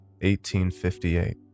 1858